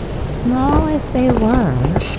small as they were,